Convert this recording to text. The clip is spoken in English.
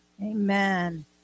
Amen